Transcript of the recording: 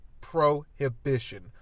prohibition